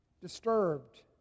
disturbed